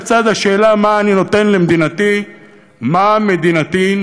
לצד השאלה: מה אני נותן למדינתי?